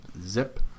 zip